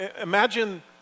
Imagine